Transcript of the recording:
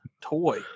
toy